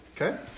Okay